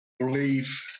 Believe